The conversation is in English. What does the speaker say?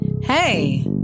Hey